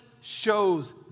shows